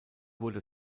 wurde